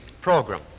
program